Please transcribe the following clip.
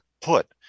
put